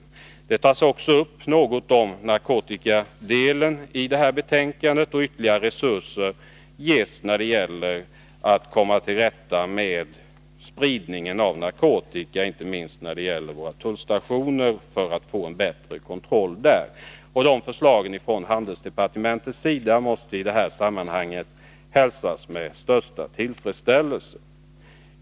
I den del av betänkandet som behandlar narkotikamissbruket föreslås att ytterligare resurser skall anslås för att komma till rätta med spridningen av narkotika, bl.a. genom att få en bättre kontroll vid våra tullstationer. Förslagen från handelsdepartementets sida måste här hälsas med största tillfredsställelse.